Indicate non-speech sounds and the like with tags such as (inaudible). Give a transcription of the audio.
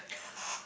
(laughs)